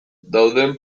dauden